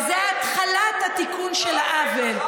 וזה התחלת התיקון של העוול,